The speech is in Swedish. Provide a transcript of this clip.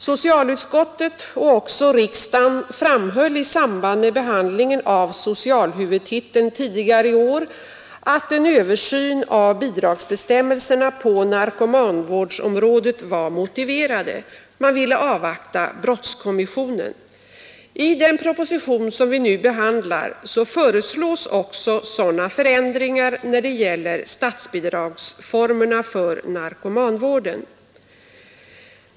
Socialutskottet och även riksdagen framhöll i samband med behandlingen av socialhuvudtiteln tidigare i år att en översyn av bidragsbestämmelserna på narkomanvårdsområdet var motiverad. Man ville dock avvakta brottskommissionen. I den proposition vi nu behandlar föreslås också sådana förändringar när det gäller statsbidragsformerna för narkomanvården.